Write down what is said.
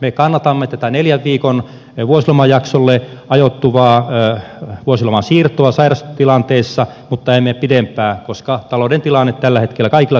me kannatamme tätä neljän viikon vuosilomajaksolle ajoittuvaa vuosiloman siirtoa sairastilanteessa mutta emme pidempää koska talouden tilanne tällä hetkellä kaikilla työnantajilla on vaikea